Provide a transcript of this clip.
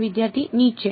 વિદ્યાર્થી નીચે